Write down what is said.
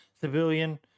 civilian